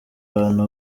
abantu